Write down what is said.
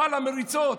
בעל המריצות.